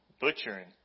Butchering